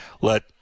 Let